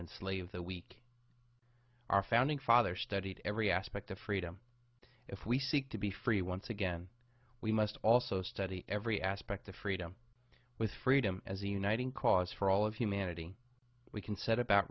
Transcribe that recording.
enslave the weak our founding fathers studied every aspect of freedom if we seek to be free once again we must also study every aspect of freedom with freedom as a uniting cause for all of humanity we can set about